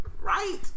Right